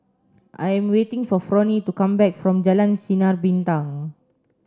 I'm waiting for Fronie to come back from Jalan Sinar Bintang